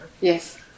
Yes